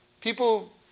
people